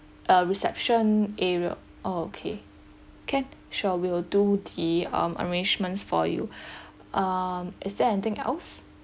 a reception area oh okay can sure will do the um arrangements for you um is there anything else